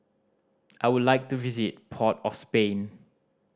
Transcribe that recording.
I would like to visit Port of Spain